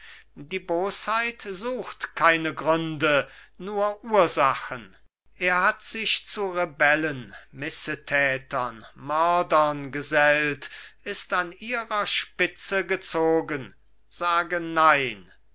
die bosheit sucht keine gründe nur ursachen er hat sich zu rebellen missetätern mördern gesellt ist an ihrer spitze gezogen sage nein